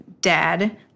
dad